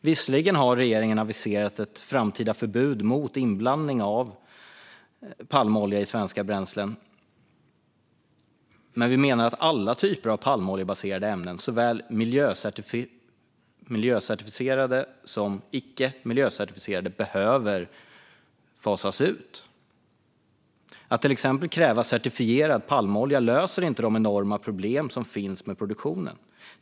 Visserligen har regeringen aviserat ett framtida förbud mot inblandning av palmolja i svenska bränslen, men vi menar att alla typer av palmoljebaserade ämnen - såväl miljöcertifierade som icke miljöcertifierade - behöver fasas ut. Att till exempel kräva certifierad palmolja löser inte de enorma problem som finns med produktionen.